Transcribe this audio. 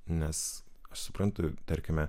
nes aš suprantu tarkime